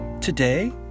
today